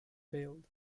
failed